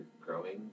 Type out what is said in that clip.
growing